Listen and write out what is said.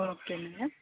okay madam